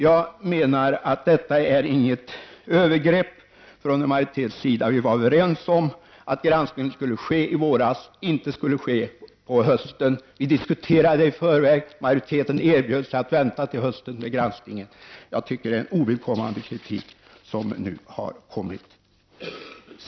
Jag menar att detta inte är ett övergrepp från majoritetens sida. Vi var överens om att granskningen skulle ske i våras, inte på hösten. Vi diskuterade detta i förväg. Majoriteten erbjöds att vänta till hösten med granskningen. Jag tycker således att kritiken här är ovidkommande.